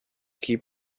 keep